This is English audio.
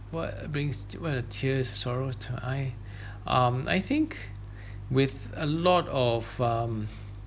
what brings what the tears sorrows to I um I think with a lot of um